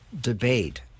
debate